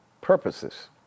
purposes